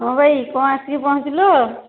ହଁ ଭାଇ କ'ଣ ଆସିକି ପହଞ୍ଚିଲ